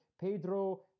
Pedro